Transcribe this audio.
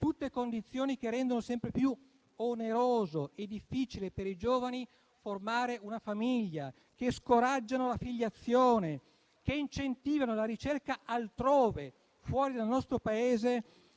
tutte condizioni che rendono sempre più oneroso e difficile per i giovani formare una famiglia, che scoraggiano la filiazione, che incentivano la ricerca altrove, fuori dal nostro Paese,